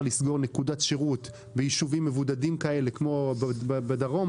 לסגור נקודת שירות ביישובים מבודדים כאלה כמו בדרום,